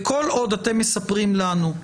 כל עוד אתם מספרים לנו,